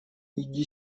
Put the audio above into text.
иди